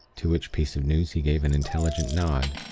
to which piece of news he gave an intelligent nod,